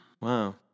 Wow